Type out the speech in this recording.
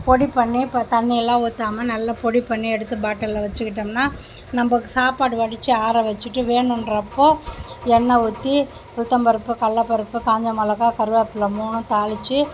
பொடி பண்ணி இப்போ தண்ணியெலாம் ஊற்றாம நல்ல பொடி பண்ணி எடுத்து பாட்டிலில் வச்சுகிட்டோம்னா நம்ம சாப்பாடு வடித்து ஆற வச்சுட்டு வேணுகிறப்போ எண்ணெய் ஊற்றி உளுத்தம்பருப்பு கடல பருப்பு காஞ்ச மிளகா கருவேப்பில மூணும் தாளித்து